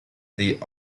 the